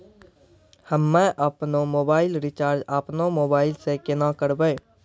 हम्मे आपनौ mobile recharge आपनौ मोबाइल से केना करवै?